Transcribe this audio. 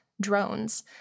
drones